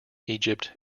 egypt